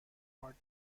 are